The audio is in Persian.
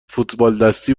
فوتبالدستی